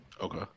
okay